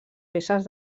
peces